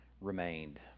remained